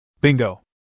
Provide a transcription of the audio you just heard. Bingo